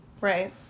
right